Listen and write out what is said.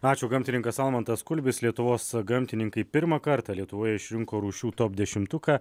ačiū gamtininkas almantas kulbis lietuvos gamtininkai pirmą kartą lietuvoje išrinko rūšių top dešimtuką